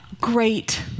great